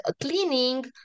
cleaning